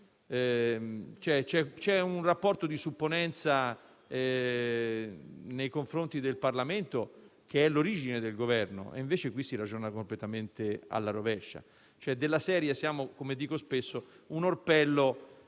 C'è un rapporto di supponenza nei confronti del Parlamento, che è l'origine del Governo. Invece qui si ragiona completamente alla rovescia, della serie, come dico spesso: siamo un orpello